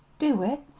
do it?